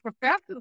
professors